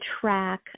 track